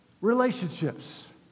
relationships